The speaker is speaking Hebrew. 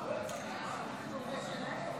אני קובע שההצעה לא התקבלה,